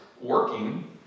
working